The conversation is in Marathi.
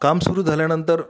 काम सुरू झाल्यानंतर